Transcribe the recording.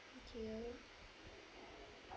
thank you